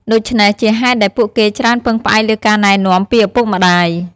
ដូច្នេះ ជាហេតុដែលពួកគេច្រើនពឹងផ្អែកលើការណែនាំពីឪពុកម្ដាយ។